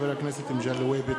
הצעת חבר הכנסת מגלי והבה.